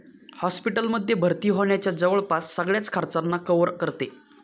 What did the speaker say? hospital मध्ये भर्ती होण्याच्या जवळपास सगळ्याच खर्चांना कव्हर करते